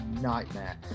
nightmare